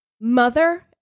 Mother